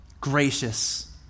gracious